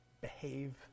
behave